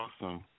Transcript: Awesome